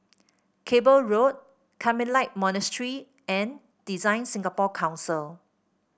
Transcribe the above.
Cable Road Carmelite Monastery and Design Singapore Council